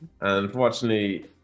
unfortunately